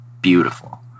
beautiful